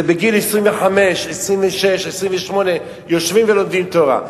זה בגיל 25, 26, 28, יושבים ולומדים תורה.